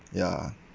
yeah